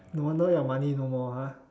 no wonder your money no more ah